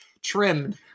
trimmed